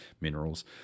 minerals